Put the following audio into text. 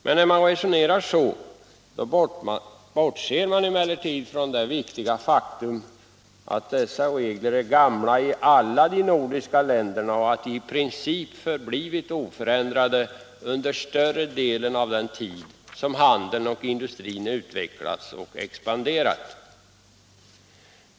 Men när man resonerar så bortser man från det viktiga faktum att dessa regler är gamla i alla nordiska länder och att de i princip förblivit oförändrade under större delen av den tid då handeln och industrin utvecklats och expanderat.